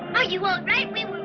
are you all right? we